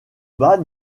bas